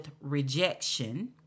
rejection